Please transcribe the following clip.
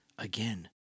Again